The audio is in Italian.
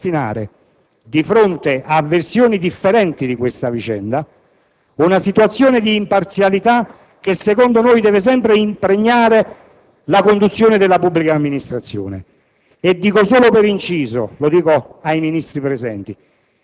l'Italia dei Valori ha ritenuto di dover ripristinare, a fronte di versioni diverse della vicenda, una situazione di imparzialità che, a suo avviso, deve sempre impregnare la conduzione della pubblica amministrazione.